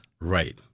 Right